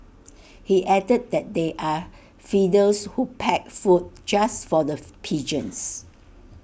he added that they are feeders who pack food just for the pigeons